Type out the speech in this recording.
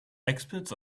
experts